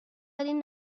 اولین